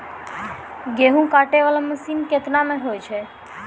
गेहूँ काटै वाला मसीन केतना मे होय छै?